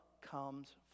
comes